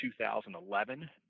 2011